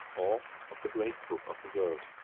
or of the great book of the world.